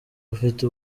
ufite